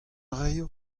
raio